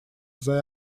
they